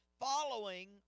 Following